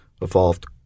evolved